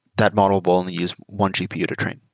that model will only use one gpu to train.